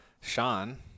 sean